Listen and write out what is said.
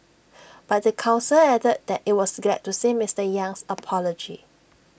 but the Council added that IT was glad to see Mister Yang's apology